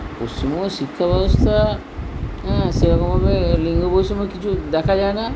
পশ্চিমবঙ্গের শিক্ষাব্যবস্থা সেরকমভাবে লিঙ্গ বৈষম্য কিছু দেখা যায় না